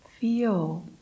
feel